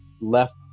left